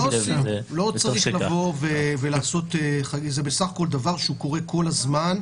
זה בסך הכול דבר שקורה כל הזמן.